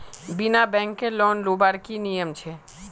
बिना बैंकेर लोन लुबार की नियम छे?